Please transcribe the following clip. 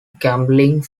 gambling